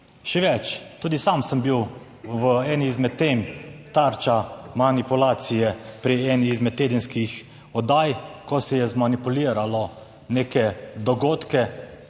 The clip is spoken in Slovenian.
Še več, tudi sam sem bil v eni izmed tem tarča manipulacije pri eni izmed tedenskih oddaj, ko se je zmanipuliralo neke dogodke,